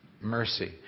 mercy